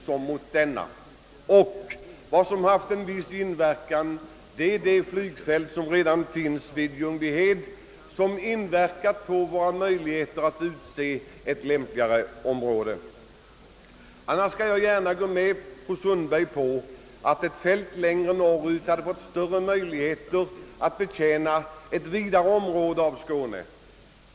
Vad som härvidlag haft en viss betydelse är att det flygfält som redan finns vid Ljungbyhed inverkar på möjligheterna att utse en lämpligare plats än Sturup. Jag skall annars gärna hålla med fru Sundberg om att ett flygfält längre norrut hade haft större förutsättningar att betjäna ett vidare område av Skåne.